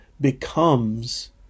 becomes